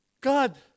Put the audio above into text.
God